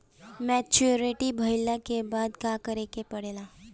Maturity भईला के बाद का करे के पड़ेला?